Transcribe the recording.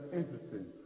interesting